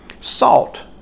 Salt